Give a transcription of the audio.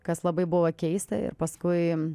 kas labai buvo keista ir paskui